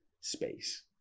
space